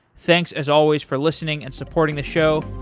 thanks as always for listening and supporting the show.